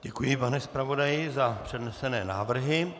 Děkuji, pane zpravodaji, za přednesené návrhy.